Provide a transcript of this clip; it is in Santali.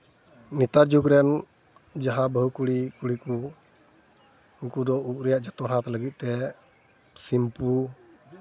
ᱱᱮᱛᱟᱨ ᱡᱩᱜᱽ ᱨᱮᱱ ᱡᱟᱦᱟᱸ ᱵᱟᱹᱦᱩ ᱠᱩᱲᱤ ᱠᱩᱲᱤ ᱠᱚ ᱩᱱᱠᱩ ᱫᱚ ᱩᱵ ᱨᱮᱭᱟᱜ ᱡᱚᱛᱚᱱᱟᱜ ᱞᱟᱹᱜᱤᱫᱛᱮ ᱥᱤᱢᱯᱩ